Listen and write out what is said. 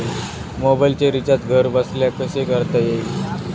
मोबाइलचे रिचार्ज घरबसल्या कसे करता येईल?